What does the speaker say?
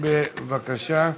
בבקשה.